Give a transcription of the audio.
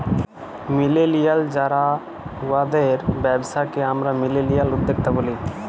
millennial যারা উয়াদের ব্যবসাকে আমরা মিলেলিয়াল উদ্যক্তা ব্যলি